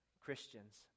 Christians